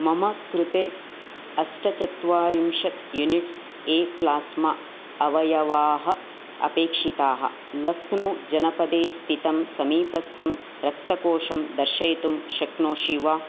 मम कृते अष्टचत्वारिंशत् यूनिट्स् ए प्लास्मा अवयवाः अपेक्षिताः लक्नौ जनपदे स्थितं समीपस्थं रक्तकोषं दर्शयितुं शक्नोषि वा